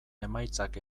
emaitzak